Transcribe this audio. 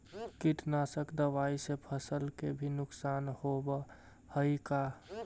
कीटनाशक दबाइ से फसल के भी नुकसान होब हई का?